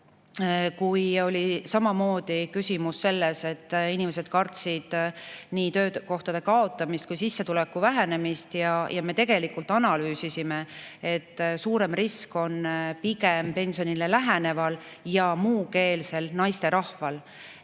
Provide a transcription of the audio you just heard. kui oli samamoodi küsimus selles, et inimesed kartsid nii töökohtade kaotamist kui ka sissetuleku vähenemist, siis me tegelikult analüüsisime, et suurem risk on pensionile läheneval ja muukeelsel naisterahval.